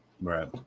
Right